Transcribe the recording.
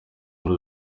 muri